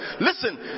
listen